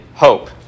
hope